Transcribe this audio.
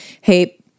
hey